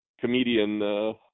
comedian